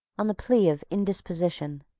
on the plea of indisposition.